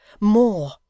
More